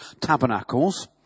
tabernacles